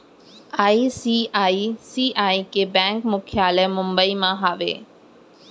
ICICI के bank मुख्यालय मुंबई म हावय